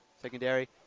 Secondary